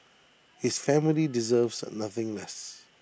his family deserves nothing less